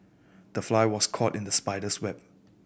the fly was caught in the spider's web